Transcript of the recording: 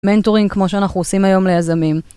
מנטורים כמו שאנחנו עושים היום ליזמים.